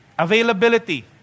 Availability